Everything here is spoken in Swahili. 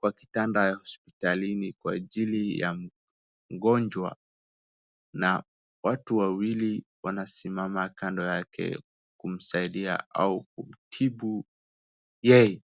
kwa kitanda ya hospitalini kwa ajili ya ugonjwa na watu wawili wanasimama kando yake kumsaidia au kumtibu yeye.